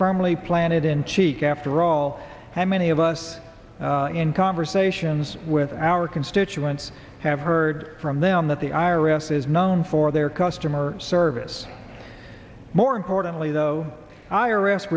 firmly planted in cheek after all how many of us in conversations with our constituents have heard from them that the i r s is known for their customer service more importantly though i r